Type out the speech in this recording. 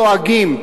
לועגים.